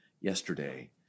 yesterday